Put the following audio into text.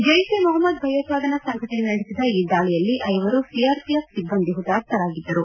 ಜೈಷ್ ಎ ಮೊಹಮ್ನದ್ ಭಯೋತ್ವಾದನಾ ಸಂಘಟನೆ ನಡೆಸಿದ ಈ ದಾಳಿಯಲ್ಲಿ ಐವರು ಸಿಆರ್ಪಿಎಫ್ ಸಿಬ್ಲಂದಿ ಹುತಾತ್ತರಾಗಿದ್ದರು